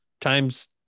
time's